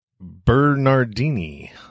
Bernardini